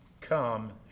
come